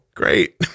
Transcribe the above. Great